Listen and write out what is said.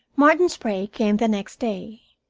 martin sprague came the next day.